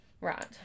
Right